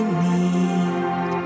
need